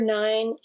nine